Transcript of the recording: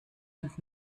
und